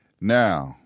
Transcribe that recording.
now